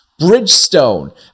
bridgestone